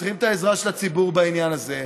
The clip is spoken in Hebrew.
אנחנו צריכים את העזרה של הציבור בעניין הזה,